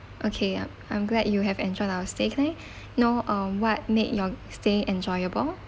okay yup I'm glad you have enjoyed your stay can I know uh what made your stay enjoyable